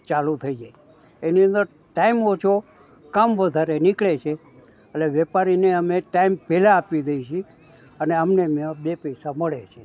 ચાલુ થઈ જાય એની અંદર ટાઈમ ઓછો કામ વધારે નીકળે છે એટલે વેપારીને અમે ટાઈમ પહેલા આપી દઈ છે અને અમને એમાં બે પૈસા મળે છે